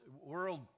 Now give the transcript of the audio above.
world